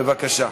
בבקשה.